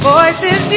Voices